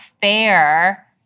fair